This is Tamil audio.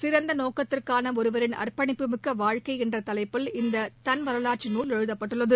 சிறந்த நோக்கத்திற்கான ஒருவரின் அர்ப்பணிப்புமிக்க வாழ்க்கை என்ற தலைப்பில் இந்த தன் வரலாற்று நூல் எழுதப்பட்டுள்ளது